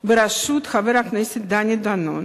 בראשות חבר הכנסת דני דנון